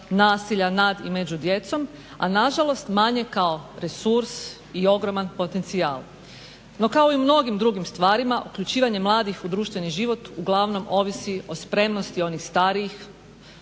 nasilja nad i među djecom, a nažalost manje kao resurs i ogroman potencijal. No, kao i u mnogim drugim stvarima uključivanje mladih u društveni život uglavnom ovisi o spremnosti onih starijih,